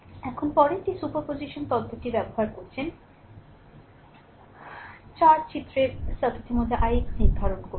এখন পরেরটি সুপারপজিশন তত্ত্বটি ব্যবহার করছেন 4 চিত্রের সার্কিটের মধ্যে ix নির্ধারণ করুন